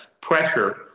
pressure